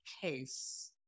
case